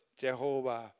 Jehovah